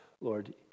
Lord